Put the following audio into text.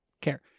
care